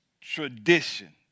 tradition